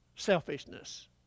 selfishness